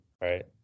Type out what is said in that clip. right